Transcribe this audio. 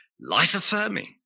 life-affirming